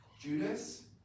Judas